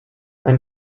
ein